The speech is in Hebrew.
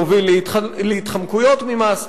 להתחמקויות ממס,